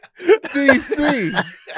DC